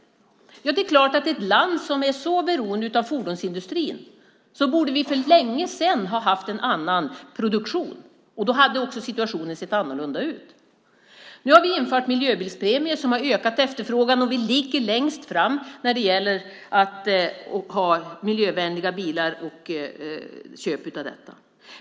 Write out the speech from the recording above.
Det är klart att i ett land som är så beroende av fordonsindustrin borde vi för länge sedan ha haft en annan produktion. Då hade också situationen sett annorlunda ut. Vi har infört en miljöbilspremie som har ökat efterfrågan, och vi ligger längst fram när det gäller att ha miljövänliga bilar och köp av dessa.